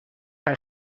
hij